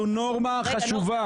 זו נורמה חשובה.